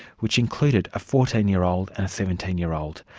which included a fourteen year old and a seventeen year old,